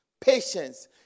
patience